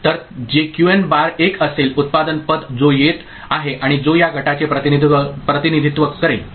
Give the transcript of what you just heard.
तर जे क्यूएन बार एक असेल उत्पादन पद जो येत आहे आणि जो या गटाचे प्रतिनिधित्व करेल